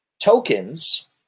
tokens